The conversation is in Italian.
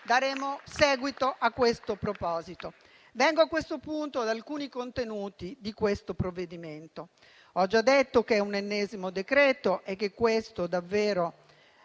daremo seguito a questo proposito. Vengo a questo punto ad alcuni contenuti di questo provvedimento. Ho già detto che è un ennesimo decreto e che questo davvero